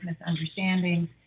misunderstandings